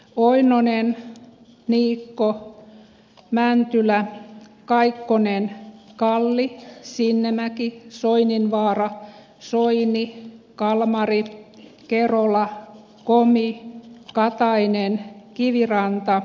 olennainen miikka mäntylä kaikkonen kaalli sinnemäki soininvaara suojiini kalmari kerola komi katainen kiviranta